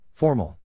Formal